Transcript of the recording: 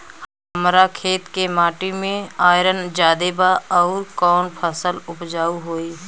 हमरा खेत के माटी मे आयरन जादे बा आउर कौन फसल उपजाऊ होइ?